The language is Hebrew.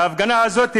בהפגנה הזאת,